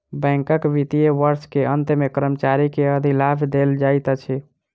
बैंकक वित्तीय वर्ष के अंत मे कर्मचारी के अधिलाभ देल जाइत अछि